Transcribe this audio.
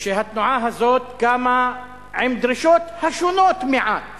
העובדה שהתנועה הזאת קמה עם דרישות השונות מעט